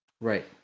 Right